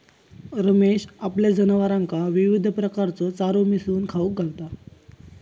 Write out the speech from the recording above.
रमेश आपल्या जनावरांका विविध प्रकारचो चारो मिसळून खाऊक घालता